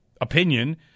opinion